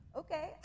okay